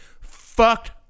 fucked